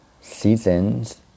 seasons